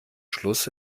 schluss